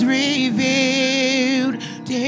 revealed